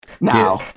Now